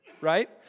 right